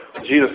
Jesus